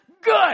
good